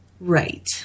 Right